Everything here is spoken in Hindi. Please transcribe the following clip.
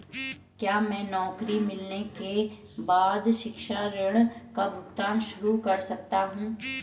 क्या मैं नौकरी मिलने के बाद शिक्षा ऋण का भुगतान शुरू कर सकता हूँ?